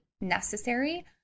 necessary